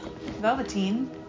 Velveteen